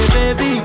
Baby